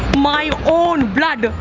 my own blood.